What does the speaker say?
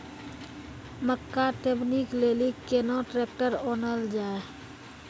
मक्का टेबनी के लेली केना ट्रैक्टर ओनल जाय?